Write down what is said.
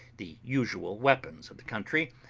the usual weapons of the country,